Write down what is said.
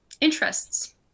interests